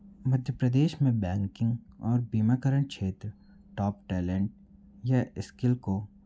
मध्य प्रदेश में बैंकिंग और बीमाकरण क्षेत्र टॉप टैलेंट या इस्किल को